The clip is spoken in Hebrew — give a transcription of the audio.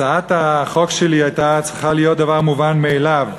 הצעת החוק שלי הייתה צריכה להיות דבר מובן מאליו,